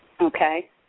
Okay